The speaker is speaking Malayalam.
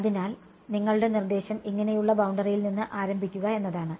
അതിനാൽ നിങ്ങളുടെ നിർദ്ദേശം ഇങ്ങനെയുള്ള ബൌണ്ടറിയിൽ നിന്ന് ആരംഭിക്കുക എന്നതാണ്